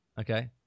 Okay